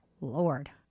Lord